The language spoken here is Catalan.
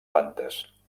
plantes